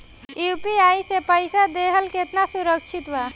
UPI से पईसा देहल केतना सुरक्षित बा?